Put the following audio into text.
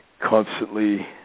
constantly